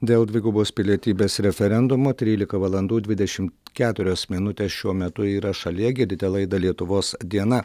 dėl dvigubos pilietybės referendumo trylika valandų dvidešimt keturios minutės šiuo metu yra šalyje girdite laidą lietuvos diena